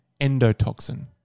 endotoxin